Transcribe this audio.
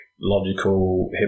logical